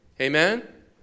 Amen